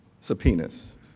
subpoenas